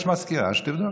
יש מזכירה שתבדוק.